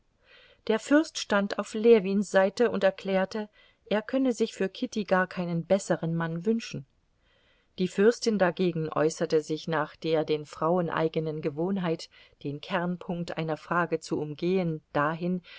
der fürst stand auf ljewins seite und erklärte er könne sich für kitty gar keinen besseren mann wünschen die fürstin dagegen äußerte sich nach der den frauen eigenen gewohnheit den kernpunkt einer frage zu umgehen dahin